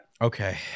Okay